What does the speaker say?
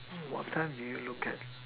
what time did you look at